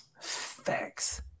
Facts